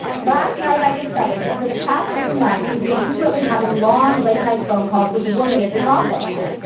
last night i discovered that for the past few months, he's been secretly having long, late-night phone calls with a woman at his office.